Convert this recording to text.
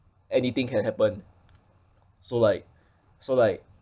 anything can happen so like so like